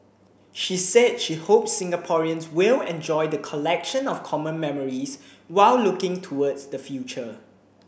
she said she hopes Singaporeans will enjoy the collection of common memories while looking towards the future